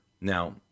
Now